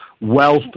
Wealth